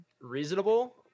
reasonable